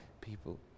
people